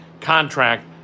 contract